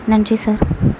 நன்றி சார்